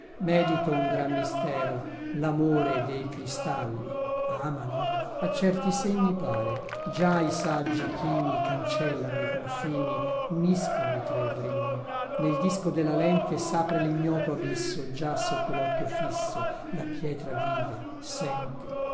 medito un gran mistero lamore dei cristalli amano a certi segni pare già i saggi chini cancellano i confini uniscono i tre regni nel disco della lente sapre lignoto abisso già sotto locchio fisso la pietra vive sente